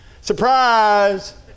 Surprise